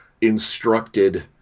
instructed